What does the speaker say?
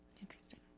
interesting